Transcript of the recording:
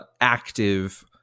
active